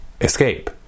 escape